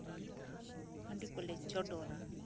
ᱦᱟᱺᱰᱤ ᱠᱚᱞᱮ ᱪᱚᱰᱚᱨᱟ